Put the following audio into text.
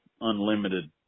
unlimited